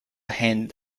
hand